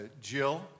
Jill